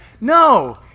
No